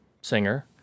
singer